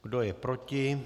Kdo je proti?